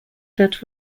that